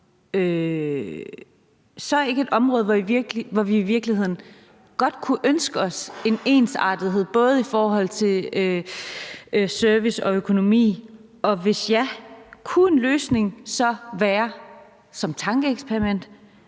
så ikke et område, hvor vi i virkeligheden godt kunne ønske os en ensartethed, både i forhold til service og økonomi? Og hvis ja, kunne en løsning så være – som tankeeksperiment